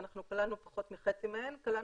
ואנחנו כללנו פחות מחצי מהן,